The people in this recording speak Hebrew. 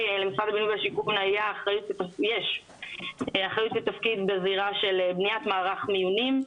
למשרד הבינוי והשיכון יש אחריות לתפקיד בזירה של בנייה של מערך מיונים.